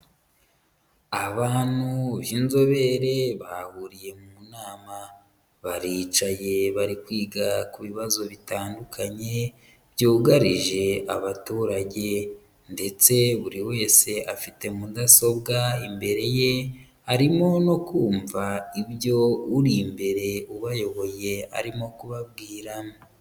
Abantu b'inzobere bahuriye mu nama, baricaye bari kwiga ku bibazo bitandukanye, byugarije abaturage ndetse buri wese afite mudasobwa imbere ye, arimo no kumva ibyo uri imbere ubayoboye arimo kubabwira.